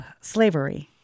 slavery